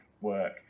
work